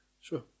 Sure